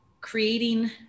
creating